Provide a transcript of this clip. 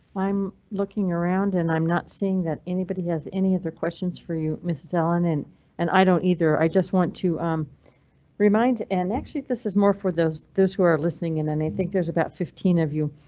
i'm looking around and i'm not seeing that anybody has any other questions for you mrs. ellen and and i don't either. i just want to remind an actually this is more for those those who are listening and and i think there's about fifteen of you.